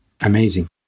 Amazing